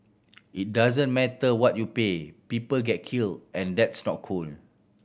it doesn't matter what you pay people get killed and that's not cool